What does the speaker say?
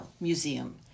Museum